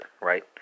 right